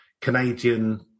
canadian